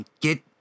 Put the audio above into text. Get